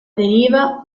deriva